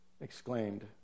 exclaimed